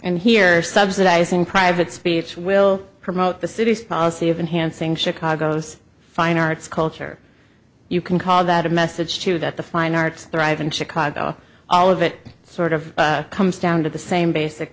and here subsidizing private speech will promote the city's policy of enhancing chicago's fine arts culture you can call that a message to that the fine arts thrive in chicago all of it sort of comes down to the same basic